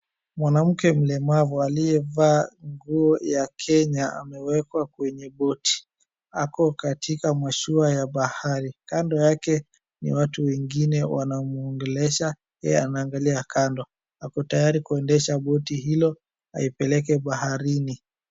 Mwanamke mlemavu aliyevaa nguo ya Kenya amewekwa kwenye boti. Ako katika mashua ya bahari. Kando yake ni watu wengine wanamwongelesha yeye anaangalia kando. Ako tayari kuendesha boti hilo, aipeleke baharini.